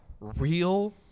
real